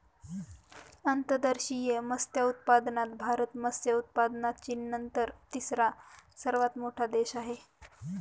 अंतर्देशीय मत्स्योत्पादनात भारत मत्स्य उत्पादनात चीननंतर तिसरा सर्वात मोठा देश आहे